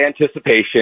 anticipation